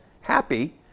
happy